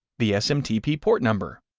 the smtp port number,